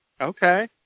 Okay